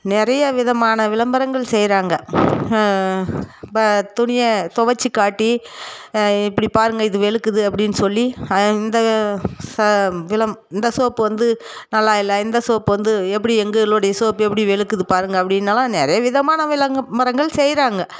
நிறைய விதமான விளம்பரங்கள் செய்கிறாங்க ப துணியை துவச்சி காட்டி இப்படி பாருங்க இது வெளுக்குது அப்படின் சொல்லி இந்த இந்த சோப்பு வந்து நல்லா இல்லை இந்த சோப்பு வந்து எப்படி எங்களுடைய சோப் எப்படி வெளுக்குது பாருங்க அப்படினெல்லாம் நிறைய விதமாக விளம்பரங்கள் செய்கிறாங்க